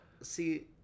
See